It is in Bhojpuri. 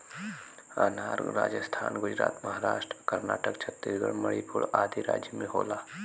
अनार राजस्थान गुजरात महाराष्ट्र कर्नाटक छतीसगढ़ मणिपुर आदि राज में होला